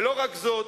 ולא רק זאת,